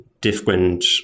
different